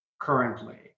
currently